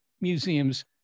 museums